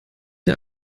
der